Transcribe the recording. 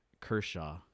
Kershaw